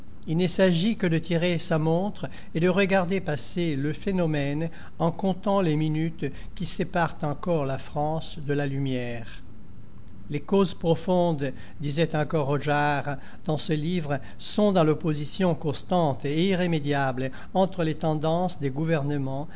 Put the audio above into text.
il ne s'agit que de tirer sa montre et de regarder passer le phénomène en comptant les minutes qui séparent encore la france de la lumière les causes profondes disait encore rogeart dans ce livre sont dans l'opposition constante et irrémédiable entre les tendances des gouvernements